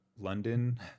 London